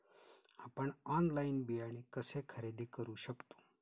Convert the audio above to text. आपण ऑनलाइन बियाणे कसे खरेदी करू शकतो?